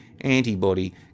antibody